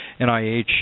NIH